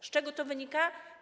Z czego to wynika?